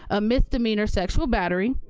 a misdemeanor, sexual battery,